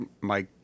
Mike